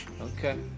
Okay